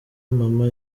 mama